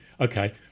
okay